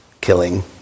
killing